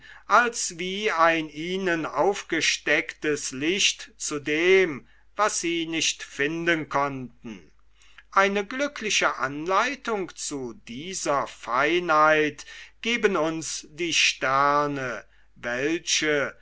als wie ein ihnen aufgestecktes licht zu dem was sie nicht finden konnten eine glückliche anleitung zu dieser feinheit geben uns die sterne welche